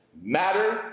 Matter